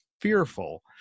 fearful